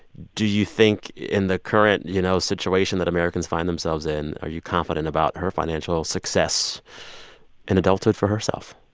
do you think in the current, you know, situation that americans find themselves in, are you confident about her financial success in adulthood for herself?